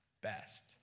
best